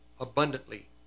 abundantly